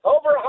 Over